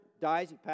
dies